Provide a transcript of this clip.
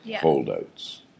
holdouts